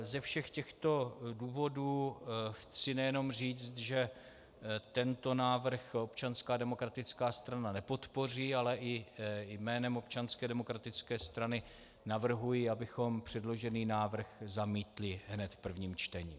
Ze všech těchto důvodů chci nejenom říct, že tento návrh Občanská demokratická strana nepodpoří, ale i jménem Občanské demokratické strany navrhuji, abychom předložený návrh zamítli hned v prvním čtení.